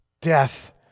death